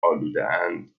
آلودهاند